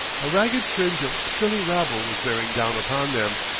a ragged fringe of silly rabble was bearing down upon them,